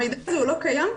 המידע הזה לא קיים כרגע.